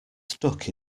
stuck